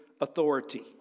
authority